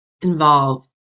involve